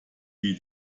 wie